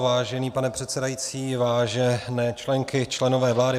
Vážený pane předsedající, vážené členky, členové vlády.